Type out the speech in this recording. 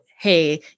Hey